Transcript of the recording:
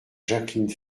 jacqueline